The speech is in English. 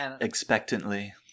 expectantly